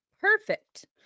Perfect